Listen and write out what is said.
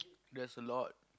that's a lot